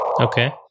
Okay